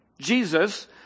Jesus